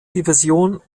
division